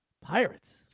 Pirates